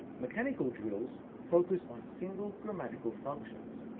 mechanical drills focus on single grammatical functions.